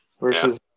versus